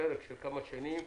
פרק של כמה שנים,